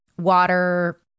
water